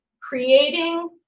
creating